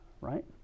right